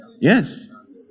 Yes